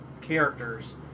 characters